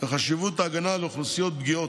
בחשיבות ההגנה על אוכלוסיות פגיעות,